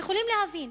יכולים להבין,